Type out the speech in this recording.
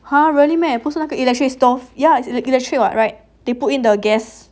!huh! really meh 不是那个 electric stove ya is it the electric [what] right they put in the gas